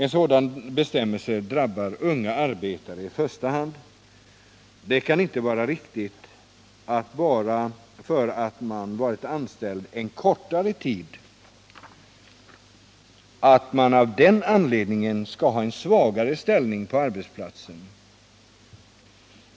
En sådan bestämmelse drabbar i första hand unga arbetare. Det kan inte vara riktigt att man bara av den anledningen att man varit anställd kortare tid skall ha en svagare ställning på arbetsplatsen.